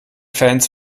fans